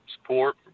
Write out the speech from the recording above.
support